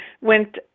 went